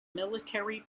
military